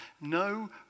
no